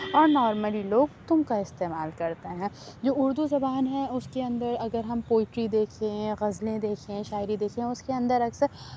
اور نارملی لوگ تم کا استعمال کرتے ہیں جو اردو زبان ہے اس کے اندر اگر ہم پوئٹری دیکھیں یا غزلیں دیکھیں شاعری دیکھیں اس کے اندر اکثر